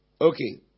Okay